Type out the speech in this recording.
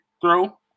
throw